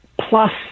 plus